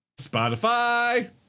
Spotify